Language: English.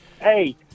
Hey